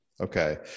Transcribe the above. Okay